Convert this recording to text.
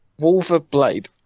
Wolverblade